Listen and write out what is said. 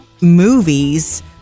movies